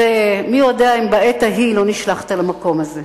ומי יודע אם לעת כזאת נשלחת למקום הזה.